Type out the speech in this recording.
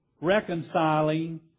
reconciling